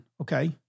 okay